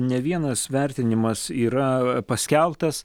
ne vienas vertinimas yra paskelbtas